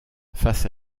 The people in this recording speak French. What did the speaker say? face